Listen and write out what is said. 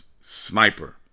sniper